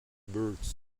birds